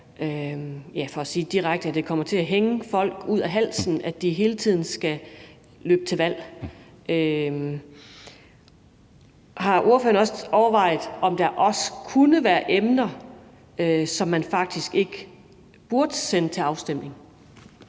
for at sige det direkte, at det kommer til at hænge folk ud ad halsen, at de hele tiden skal løbe til valg. Har ordføreren overvejet, om der også kunne være emner, som man faktisk ikke burde sende til afstemning?